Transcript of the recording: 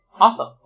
Awesome